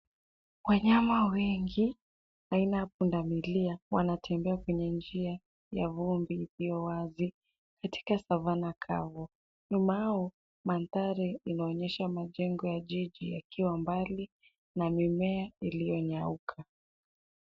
Wanyama wengi aina ya pundamilia wanatembea kwenye njia ya vumbi iliyo wazi katika Savana kavu. Nyuma yao mandhari inaonyesha majengo ya jiji yakiwa mbali na mimea iliyonyauka.